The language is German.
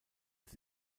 des